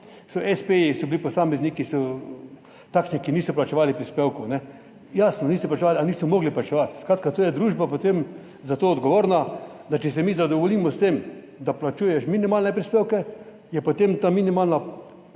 so espeji, posamezniki, takšni, ki niso plačevali prispevkov. Jasno, niso plačevali ali niso mogli plačevati, skratka, družba je potem za to odgovorna, da če se mi zadovoljimo s tem, da plačuješ minimalne prispevke, je potem ta minimalna